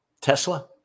Tesla